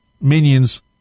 minions